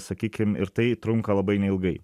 sakykim ir tai trunka labai neilgai